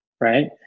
right